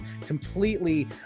completely